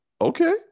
okay